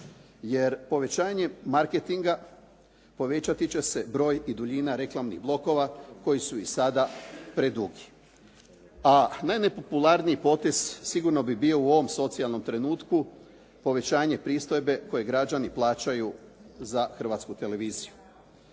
jer povećanjem marketinga povećat će se broj i duljina reklamnih blokova koji su i sada predugi. A najnepopularniji potez sigurno bi bio u ovom socijalnom trenutku povećanje pristojbe koju građani plaćaju za Hrvatsku televiziju.